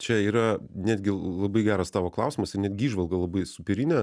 čia yra netgi labai geras tavo klausimas ir netgi įžvalga labai superinė